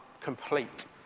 complete